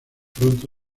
pronto